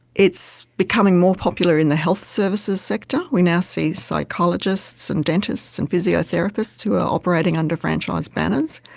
it's becoming more popular in the health services sector. we now see psychologists and dentists and physiotherapists who are operating under franchise banners.